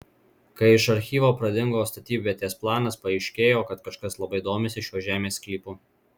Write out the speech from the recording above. kai iš archyvo pradingo statybvietės planas paaiškėjo kad kažkas labai domisi šiuo žemės sklypu